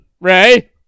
ray